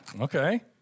okay